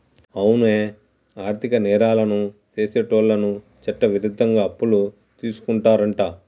అవునే ఆర్థిక నేరాలను సెసేటోళ్ళను చట్టవిరుద్ధంగా అప్పులు తీసుకుంటారంట